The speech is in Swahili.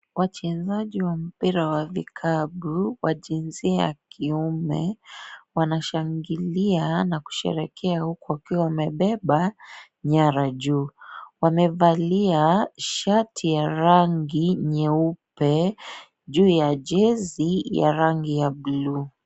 Wachezaji wa mpira wa vikapu wa jinsia ya kiume wanashangilia na kusherekea uku wakiwa wamebeba nyara juu. Wamevalia shati ya rangi nyeupe juu ya jesi ya rangi ya blue